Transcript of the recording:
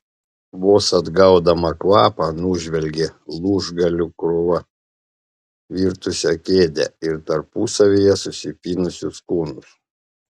vos atgaudama kvapą nužvelgė lūžgalių krūva virtusią kėdę ir tarpusavyje susipynusius kūnus